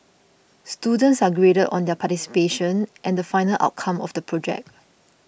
students are graded on their participation and the final outcome of the project